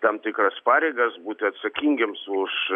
tam tikras pareigas būti atsakingiems už